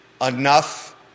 enough